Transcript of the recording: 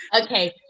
okay